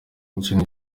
ikindi